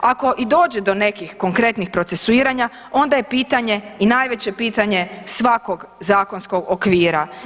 Ako i dođe do nekih konkretnih procesuiranja onda je pitanje i najveće pitanje svakog zakonskog okvira.